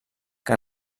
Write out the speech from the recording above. que